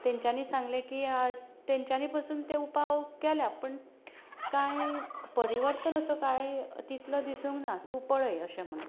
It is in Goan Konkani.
ते तेंच्यांनी सांगले की तेंच्यांनी पासून ते उपाय केल्या पूण कांय परिवर्तन असो कांय तितलो दिसूंक ना तूं पळय अशें म्हणून